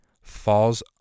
falls